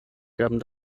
gaben